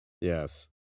Yes